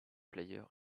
player